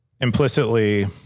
Implicitly